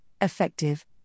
effective